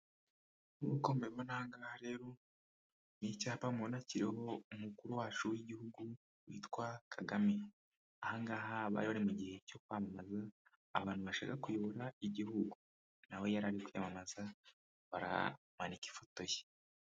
Nkuko mubibona aha ngaha rero ni icyapa mubona kiriho umukuru wacu w'igihugu witwa Kagame, aha ngaha bari bari mu gihe cyo kwamamaza abantu bashaka kuyobora igihugu, nawe yari ari kwiyamamaza bamanika ifoto ye.